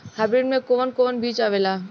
Hybrid में कोवन कोवन बीज आवेला?